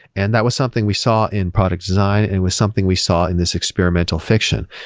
and that was something we saw in product design, and it was something we saw in this experimental fiction.